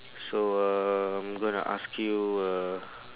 so uh I'm gonna ask you uh